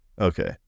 Okay